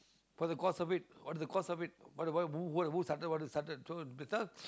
for the cause of it what is the cause of it what what the who started what they started so this all